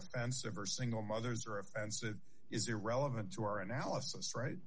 offensive or single mothers are offensive is irrelevant to our analysis right